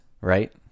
right